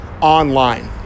online